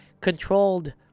controlled